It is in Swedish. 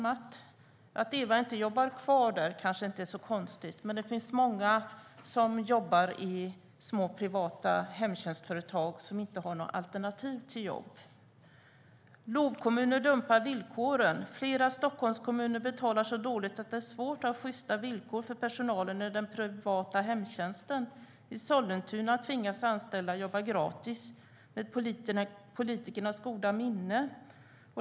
Att Eva inte jobbar kvar är kanske inte så konstigt, men många av dem som jobbar i små privata hemtjänstföretag har inget jobbalternativ. LOV-kommuner dumpar villkoren. Flera Stockholmskommuner betalar så dåligt att det är svårt att ha sjysta villkor för personalen i den privata hemtjänsten. I Sollentuna tvingas anställda jobba gratis med politikernas goda minne.